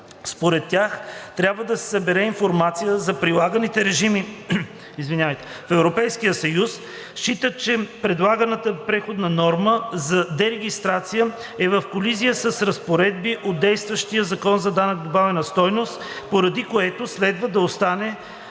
Според тях трябва да се събере информация за прилаганите режими в Европейския съюз. Считат, че предлаганата преходна норма за дерегистрация е в колизия с разпоредби от действащия Закон за данък върху добавената стойност, поради което следва да остане